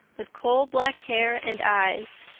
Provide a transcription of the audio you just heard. with coal-black hair and eyes.